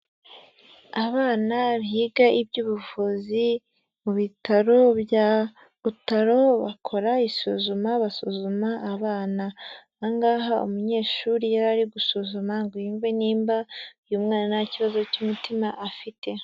Abana biga iby'ubuvuzi mu bitaro bya Butaro, bakora isuzuma basuzuma abana, ahangaha umunyeshuri yari ari gusuzuma ngo yumve niba uyu mwana nta kibazo cy'umutima afite.